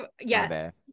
yes